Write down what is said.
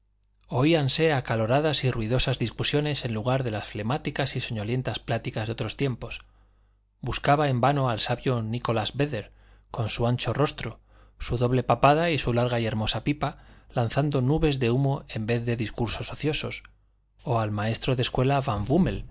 oíanse acaloradas y ruidosas discusiones en lugar de las flemáticas y soñolientas pláticas de otros tiempos buscaba en vano al sabio nicholas védder con su ancho rostro su doble papada y su larga y hermosa pipa lanzando nubes de humo en vez de discursos ociosos o al maestro de escuela